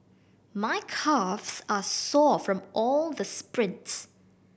my calves are sore from all the sprints